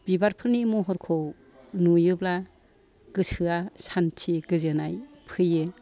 बिबारफोरनि महरखौ नुयोब्ला गोसोआ सान्ति गोजोन्नाय फैयो